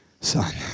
son